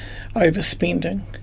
overspending